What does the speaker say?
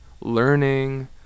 learning